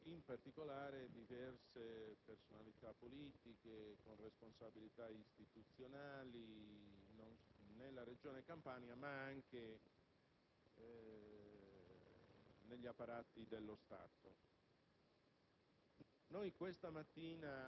all'arresto di 37 persone, investendo, in particolare, diverse personalità politiche con responsabilità istituzionali nella Regione Campania, ma anche